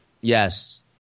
Yes